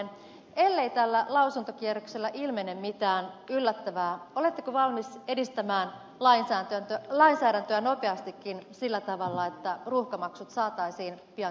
ellei tällä lausuntokierroksella ilmene mitään yllättävää oletteko valmis edistämään lainsäädäntöä nopeastikin sillä tavalla että ruuhkamaksut saataisiin pian käyttöön